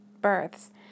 births